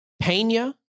Pena